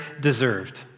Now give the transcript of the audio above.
deserved